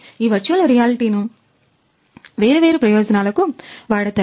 ఈ virtual reality ను వేరు వేరు ప్రయోజనాలకు వాడతారు